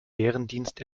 bärendienst